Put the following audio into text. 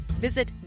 Visit